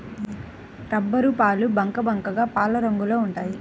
రబ్బరుపాలు బంకబంకగా పాలరంగులో ఉంటాయి